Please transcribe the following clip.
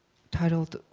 titled